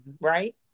right